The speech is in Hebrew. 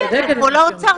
אז שילכו לאוצר.